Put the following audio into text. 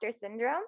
syndrome